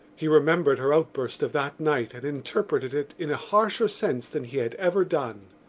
he remembered her outburst of that night and interpreted it in a harsher sense than he had ever done.